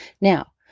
Now